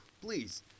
please